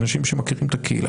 אנשים שמכירים את הקהילה,